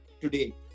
today